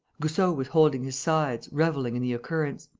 goussot was holding his sides, revelling in the occurrence.